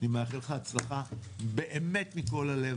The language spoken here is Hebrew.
אני מאחל לך הצלחה, באמת, מכל הלב.